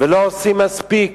ולא עושים מספיק.